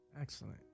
Excellent